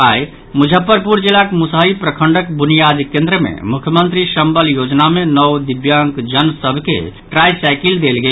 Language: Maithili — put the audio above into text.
आई मुजफ्फरपुर जिलाक मुशहरी प्रखंडक बुनियाद केन्द्र मे मुख्यमंत्री संबल योजना मे नओ दिव्यांगजन सभ के ट्राई साईकिल देल गेल